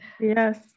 Yes